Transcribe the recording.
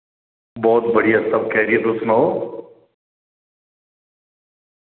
बोह्त बधिया सब खैरियत तुस सनाओ